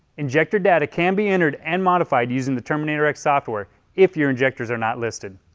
injector data can be entered and modified using the terminator x software if your injectors are not listed.